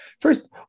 First